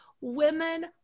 Women